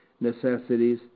necessities